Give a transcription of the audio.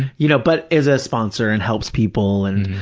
you know, but is a sponsor and helps people and,